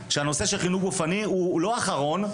שהנושא של החינוך הגופני הוא לא אחרון,